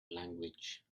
language